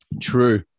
True